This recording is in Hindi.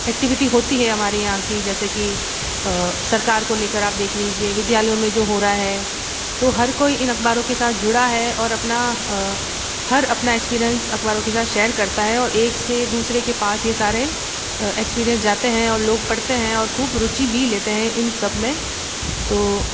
एक्टिविटी होती है हमारे यहाँ की जैसे की सरकार को लेकर आप देख लीजिए विद्यालयों में जो हो रहा है तो हर को इन अखबारों के साथ जुड़ा है और अपना हर अपना एक्सपीरियंस अखबारों के साथ शेअर करता है और एक से दूसरे के पास ये सारे एक्सपीरियंस जाते हैं और लोग पढ़ते हैं और खूब रुचि भी लेते हैं इन सब में तो